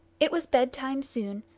it was bed-time soon,